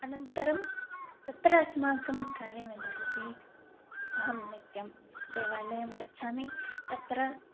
अनन्तरं तत्र अस्माकं कार्यं यदस्ति अहं नित्यं देवालयं गच्छामि तत्र